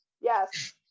Yes